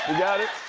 got it?